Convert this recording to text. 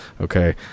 Okay